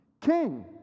King